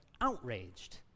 outraged